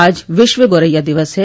आज विश्व गोरैया दिवस है